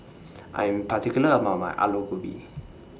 I Am particular about My Aloo Gobi